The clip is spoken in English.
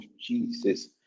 Jesus